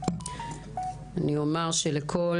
אני רק אומר שלכל